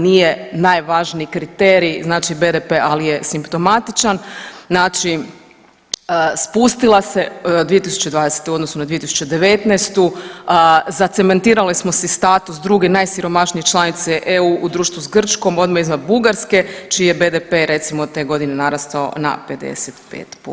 Nije najvažniji kriterij znači BDP ali je simptomatičan, znači spustila se 2020. u odnosu na 2019. zacementirali smo si status druge najsiromašnije članice EU u društvu sa Grčkom odmah iznad Bugarske čiji je BDP recimo te godine narastao na 55%